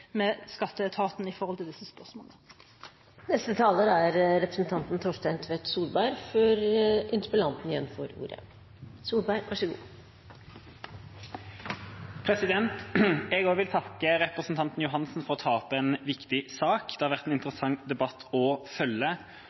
med skatteetaten om disse spørsmålene. Også jeg vil takke representanten Johansen for å ta opp en viktig sak. Det har vært en interessant debatt å følge,